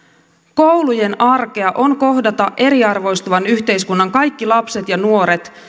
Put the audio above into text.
koulujen arkea on kohdata eriarvoistuvan yhteiskunnan kaikki lapset ja nuoret